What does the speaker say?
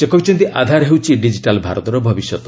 ସେ କହିଛନ୍ତି ଆଧାର ହେଉଛି ଡିଜିଟାଲ୍ ଭାରତର ଭବିଷ୍ୟତ